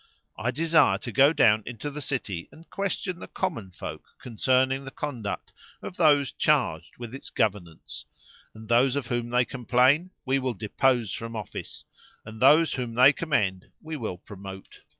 i desire to go down into the city and question the common folk concerning the conduct of those charged with its governance and those of whom they complain we will depose from office and those whom they commend we will promote.